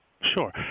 Sure